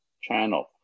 channel